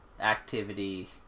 activity